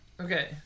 okay